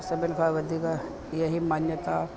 सभिनि खां वधीक इहे ई मान्यता